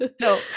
No